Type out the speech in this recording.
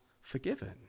forgiven